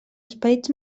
esperits